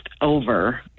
over